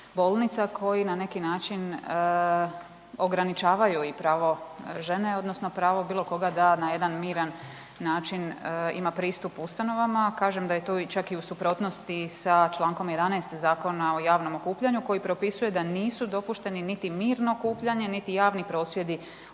bolnica, koji na neki način ograničavaju i pravo žene, odnosno pravo bilo koga da na jedan miran način ima pristup ustanovama, kažem da je to čak i u suprotnosti sa čl. 11. Zakona o javnom okupljanju koji propisuje da nisu dopušteni niti mirno okupljanje niti javni prosvjedi